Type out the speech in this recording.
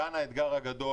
כאן האתגר הגדול.